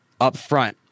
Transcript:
upfront